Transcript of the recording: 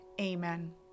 amen